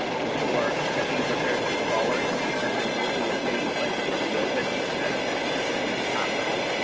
ensure that these repairs move forward and i feel will be a safe plan to reopen as as soon as as possible.